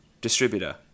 distributor